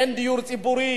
אין דיור ציבורי.